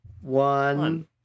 one